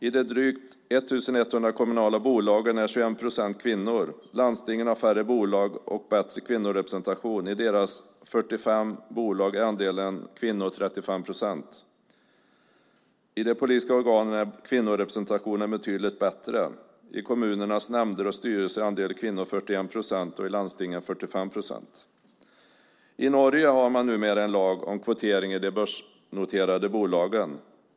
I de drygt 1 100 kommunala bolagen är 21 procent kvinnor. Landstingen har färre bolag och bättre kvinnorepresentation. I deras 45 bolag är andelen kvinnor 35 procent. I de politiska organen är kvinnorepresentationen betydligt bättre. I kommunernas nämnder och styrelser är andelen kvinnor 41 procent, i landstingen 45 procent. I Norge har man numera en lag om kvotering i de börsnoterade bolagen.